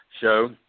show